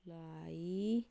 ਲਈ